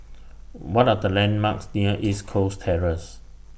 What Are The landmarks near East Coast Terrace